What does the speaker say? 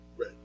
right